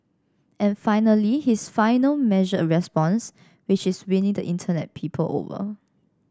and finally his final measured response which is winning the Internet people over